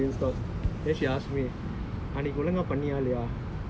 and then like I was telling my telling her not the pain didn't stop then she ask me